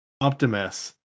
optimus